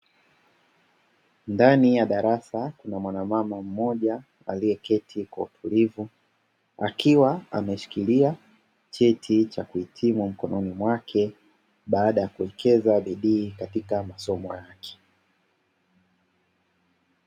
Ndani ya darasa kuna mwanamama mmoja aliyeketi kwa utulivu, akiwa ameshikilia cheti cha kuhitimu mkononi mwake baada ya kuwekeza bidii katika masomo yake.